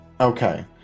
Okay